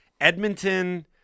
Edmonton